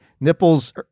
Nipples